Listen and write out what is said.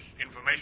information